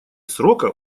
срока